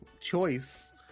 choice